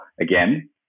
Again